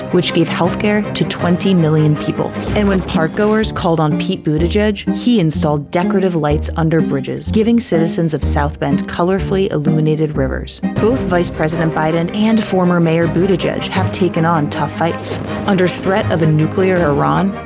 which gave health care to twenty million people and when park goers called on pete bood, a judge, he installed decorative lights under bridges, giving citizens of south bend colorfully illuminated rivers vice president biden and former mayor bhuta judge have taken on tough fights under threat of a nuclear iran.